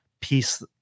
piece